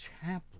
chaplain